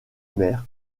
mer